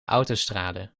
autostrade